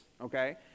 Okay